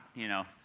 you know.